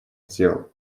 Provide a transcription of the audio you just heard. дел